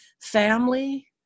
family